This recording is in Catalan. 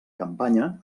campanya